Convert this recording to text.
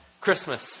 Christmas